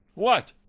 what!